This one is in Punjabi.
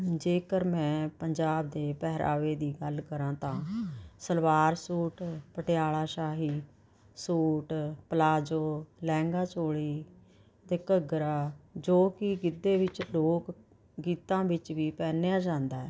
ਜੇਕਰ ਮੈਂ ਪੰਜਾਬ ਦੇ ਪਹਿਰਾਵੇ ਦੀ ਗੱਲ ਕਰਾਂ ਤਾਂ ਸਲਵਾਰ ਸੂਟ ਪਟਿਆਲਾ ਸ਼ਾਹੀ ਸੂਟ ਪਲਾਜ਼ੋ ਲਹਿੰਗਾ ਚੋਲੀ ਅਤੇ ਘੱਗਰਾ ਜੋ ਕਿ ਗਿੱਧੇ ਵਿੱਚ ਲੋਕ ਗੀਤਾਂ ਵਿੱਚ ਵੀ ਪਹਿਨਿਆ ਜਾਂਦਾ